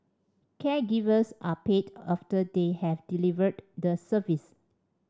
caregivers are paid after they have delivered the service